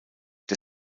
der